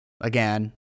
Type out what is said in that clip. again